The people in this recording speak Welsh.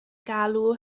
galw